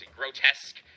grotesque